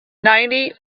ninety